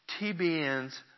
TBN's